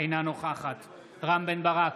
אינה נוכחת רם בן ברק,